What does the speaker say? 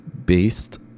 Based